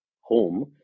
home